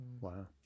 Wow